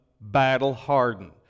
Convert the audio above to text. battle-hardened